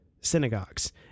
synagogues